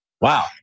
Wow